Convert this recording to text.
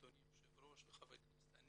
אדוני יושב הראש וחבר כנסת,